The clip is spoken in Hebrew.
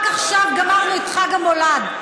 רק עכשיו גמרנו את חג המולד.